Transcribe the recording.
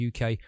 uk